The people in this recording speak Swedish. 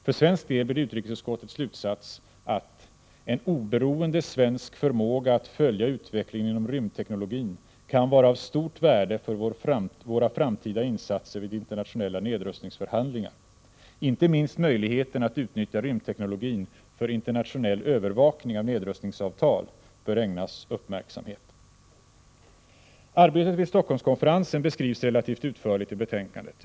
För svensk del blir utrikesutskottets slutsats: ”En oberoende svensk förmåga att följa utvecklingen inom rymdteknologin kan vara av stort värde för våra framtida insatser vid internationella nedrustningsförhandlingar. Inte minst möjligheten att utnyttja rymdteknologin för internationell övervakning av nedrustningsavtal bör ägnas uppmärksamhet.” Arbetet vid Stockholmskonferensen beskrivs relativt utförligt i betänkandet.